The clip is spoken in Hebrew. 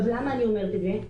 למה אני אומרת את זה?